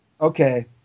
Okay